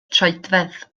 troedfedd